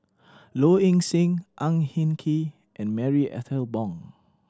Low Ing Sing Ang Hin Kee and Marie Ethel Bong